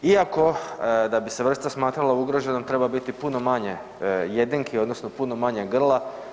Iako da bi se vrsta smatrala ugroženom treba biti puno manje jedinki odnosno puno manje grla.